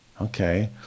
Okay